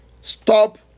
stop